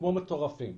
כמו מטורפים.